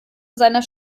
seiner